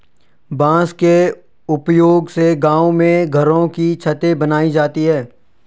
बांस के उपयोग से गांव में घरों की छतें बनाई जाती है